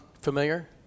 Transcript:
familiar